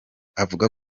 avuga